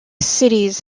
cities